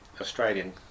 Australian